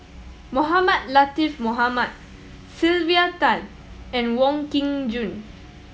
Mohamed Latiff Mohamed Sylvia Tan and Wong Kin Jong